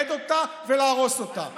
לשעבד אותה ולהרוס אותה.